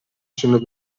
sono